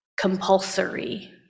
compulsory